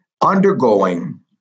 undergoing